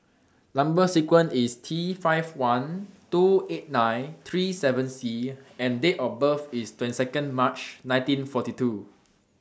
Number sequence IS T five one two eight nine three seven C and Date of birth IS twenty two March nineteen forty two